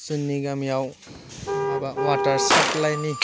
जोंनि गामियाव माबा वाटार साप्लाइनि